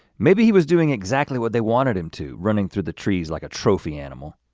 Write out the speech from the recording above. maybe he was doing exactly what they wanted him to, running through the trees like a trophy animal.